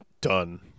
Done